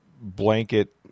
blanket –